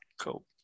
Cool